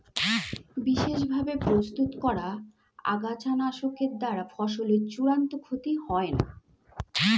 বিশেষ ভাবে প্রস্তুত করা আগাছানাশকের দ্বারা ফসলের চূড়ান্ত ক্ষতি হয় না